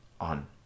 on